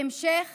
בהמשך